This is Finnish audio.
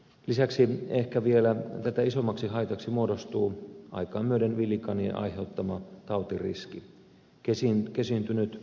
lisäksi ehkä vielä tätä isommaksi haitaksi muodostuu aikaa myöden villikanien aiheuttama tautiriski